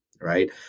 Right